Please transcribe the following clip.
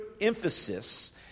emphasis